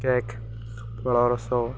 cake ଫଳ ରସ